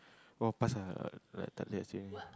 !wah! pass ah like takde seh